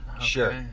sure